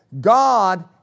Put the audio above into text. God